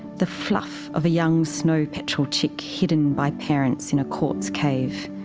the fluff of a young snow petrel chick hidden by parents in a quartz cave.